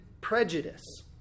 prejudice